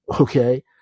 okay